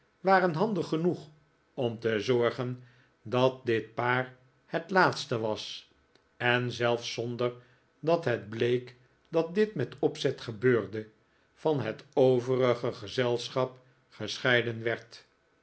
waren handig genoeg om te zorgen dat dit paar het laatste was en zelfs zonder dat het bleek dat dit met opzet gebeurde van het overige gezelschap gescheiden werd